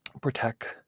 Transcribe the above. protect